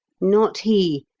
not he!